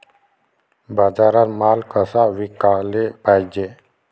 बाजारात माल कसा विकाले पायजे?